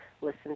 Listen